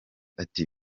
ati